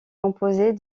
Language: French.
composée